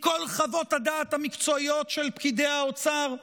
מכל חוות הדעת המקצועיות של פקידי האוצר,